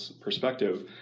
perspective